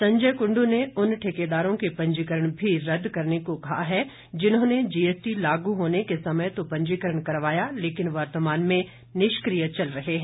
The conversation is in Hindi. संयज कुंडू ने उन ठेकेदारों के पंजीकरण भी रद्द करने को कहा है जिन्होंने जीएसटी लागू होने के समय तो पंजीकरण करवाया लेकिन वर्तमान में निष्क्रिय चल रहे हैं